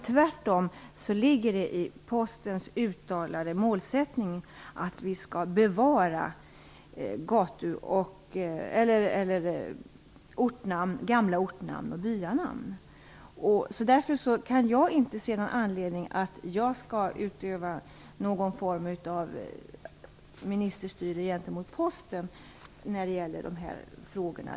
Tvärtom ligger det i Postens uttalade målsättning att vi skall bevara gamla ort och byanamn. Därför kan jag inte se någon anledning till att jag skall utöva någon form av ministerstyre gentemot Posten i de här frågorna.